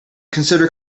consider